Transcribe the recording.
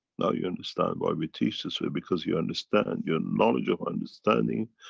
now you understand why we teach this way because you understand. your knowledge of understanding,